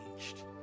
changed